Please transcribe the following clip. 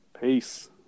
Peace